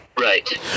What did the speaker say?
Right